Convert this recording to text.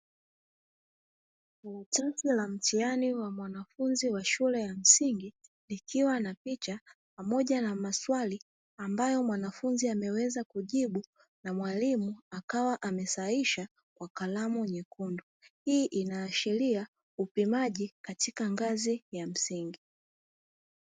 Tokeo la mtihani wa mwanafunzi wa shule ya msingi ikiwa na picha pamoja na maswali ambayo mwanafunzi ameweza kujibu na mwalimu akawa amesahisha kwa kalamu nyekundu. Hii inaashiria upimaji katika ngazi ya msingi.